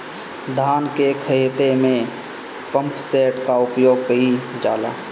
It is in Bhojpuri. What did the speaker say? धान के ख़हेते में पम्पसेट का उपयोग कइल जाला?